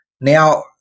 Now